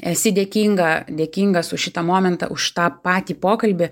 esi dėkinga dėkingas už šitą momentą už tą patį pokalbį